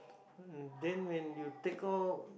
mm then when you take out